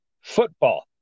Football